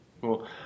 Cool